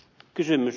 kysymys